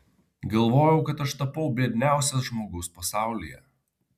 galvojau kad aš tapau biedniausias žmogus pasaulyje